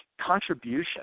contribution